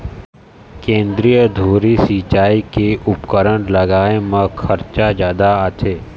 केंद्रीय धुरी सिंचई के उपकरन लगाए म खरचा जादा आथे